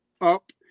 up